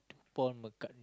Paul-McCartney